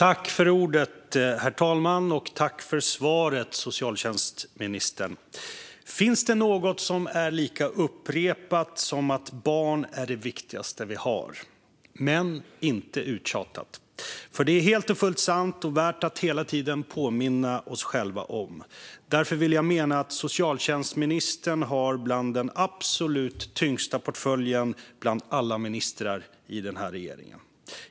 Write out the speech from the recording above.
Herr talman! Tack för svaret, socialtjänstministern! Finns det något som är lika upprepat, men inte uttjatat, som att barn är det viktigaste vi har? Detta är helt och fullt sant, och det är värt att hela tiden påminna oss själva om det. Därför vill jag mena att socialtjänstministern har bland de absolut tyngsta portföljerna i denna regering.